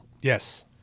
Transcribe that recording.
Yes